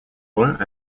bruns